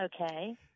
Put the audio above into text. Okay